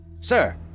Sir